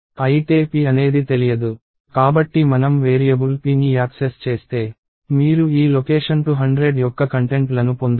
అయితే p అనేది తెలియదు కాబట్టి మనం వేరియబుల్ pని యాక్సెస్ చేస్తే మీరు ఈ లొకేషన్ 200 యొక్క కంటెంట్లను పొందుతారు